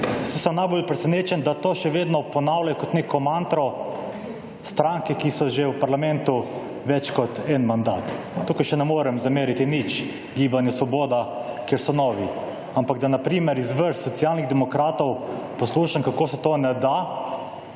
sem najbolj presenečen, da to še vedno ponavljajo kot neko mantro, stranke, ki so že v parlamentu več kot en mandat. Tukaj še ne morem zameriti nič Gibanju Svoboda, ker so novi, ampak da na primer iz vrst Socialni demokratov poslušam, kako se to ne da,